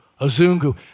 Azungu